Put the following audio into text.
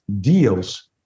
deals